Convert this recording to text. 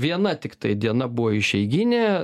viena tiktai diena buvo išeiginė